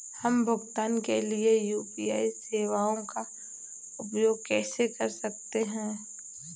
हम भुगतान के लिए यू.पी.आई सेवाओं का उपयोग कैसे कर सकते हैं?